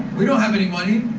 we don't have any money.